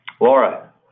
Laura